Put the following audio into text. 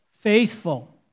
faithful